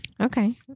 okay